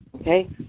Okay